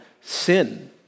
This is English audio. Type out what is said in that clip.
sin